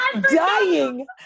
dying